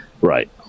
right